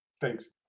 Thanks